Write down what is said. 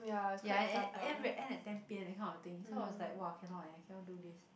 ya and then end at end at ten P_M that kind of thing so I was like !wah! cannot eh I cannot do this